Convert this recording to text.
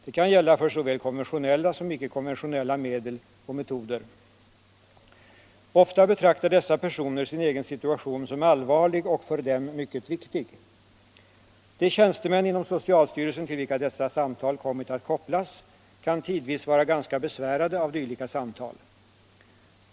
Det kan gälla för såväl konventionella som icke-konventionella medel och metoder. Ofta betraktar dessa personer sin egen situation som allvarlig och för dem mycket viktig. De tjänstemän inom socialstyrelsen till vilka dessa samtal kommit att kopplas kan tidvis vara ganska besvärade av dylika samtal.